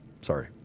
Sorry